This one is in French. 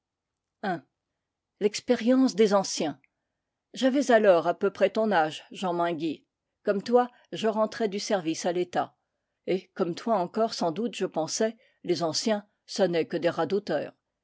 l'expérience des anciens i j'avais alors à peu près ton âge jean menguy comme toi je rentrais du service à l'etat et comme toi encore sans doute je pensais les anciens ça n'est que des